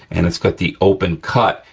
and it's got the open cut,